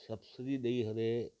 subsidy ॾई करे